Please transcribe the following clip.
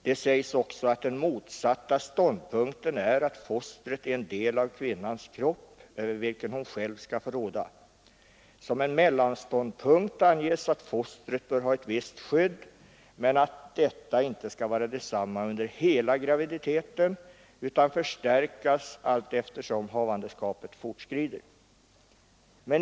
Det sägs också att den motsatta ståndpunkten är att fostret är en del av kvinnans kropp, över vilken hon själv skall få råda. Som en mellanståndpunkt anges att fostret bör ha ett visst skydd men att detta inte skall vara detsamma under hela graviditeten utan förstärkas allteftersom havandeskapet fortskrider.